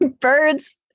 Birds